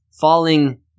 falling